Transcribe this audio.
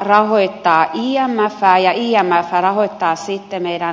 rahoittaa imfää ja imf rahoittaa sitten meidän kriisimaitamme